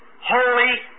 holy